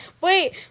Wait